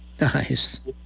Nice